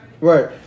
Right